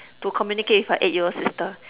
to communicate with her eight year old sister